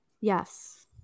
Yes